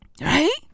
Right